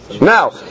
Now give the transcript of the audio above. Now